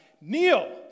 kneel